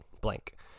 blank